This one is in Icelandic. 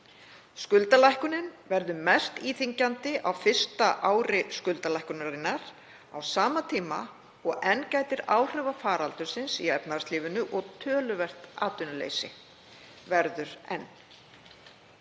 Skuldalækkunin verði mest íþyngjandi á fyrsta ári skuldalækkunarinnar á sama tíma og enn gæti áhrifa faraldursins í efnahagslífinu og töluverðs atvinnuleysis.